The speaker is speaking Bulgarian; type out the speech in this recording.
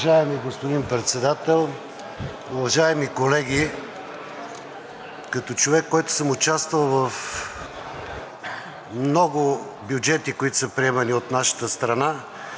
Уважаеми господин Председател, уважаеми колеги! Като човек, който съм участвал в много бюджети, които са приемани от нашата страна,